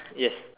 yes